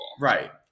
Right